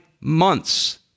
Months